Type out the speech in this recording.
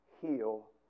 heal